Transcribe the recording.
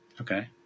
Okay